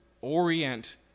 orient